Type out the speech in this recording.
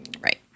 Right